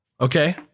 Okay